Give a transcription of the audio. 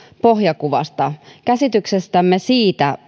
pohjakuvasta käsityksestämme siitä